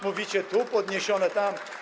Mówicie: Tu podniesione, tam.